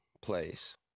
place